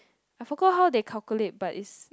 I forgot how they calculate but it's